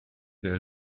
der